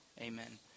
Amen